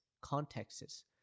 contexts